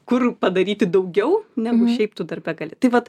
kur padaryti daugiau negu šiaip tu darbe gali tai vat